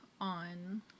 on